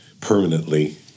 permanently